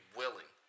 willing